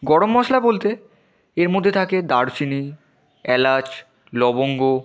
গরম মশলা বলতে এর মধ্যে থাকে দারচিনি এলাচ লবঙ্গ